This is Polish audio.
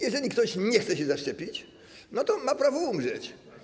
Jeżeli ktoś nie chce się zaszczepić, to ma prawo umrzeć.